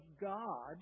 God